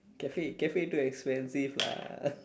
cafe cafe too expensive lah